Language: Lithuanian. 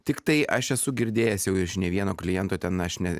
tiktai aš esu girdėjęs jau iš ne vieno kliento ten aš ne